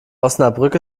osnabrück